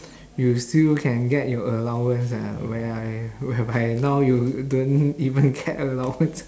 you still can get your allowance ah whereby whereby now you don't even get allowance